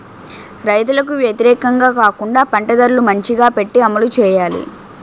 రైతులకు వ్యతిరేకంగా కాకుండా పంట ధరలు మంచిగా పెట్టి అమలు చేయాలి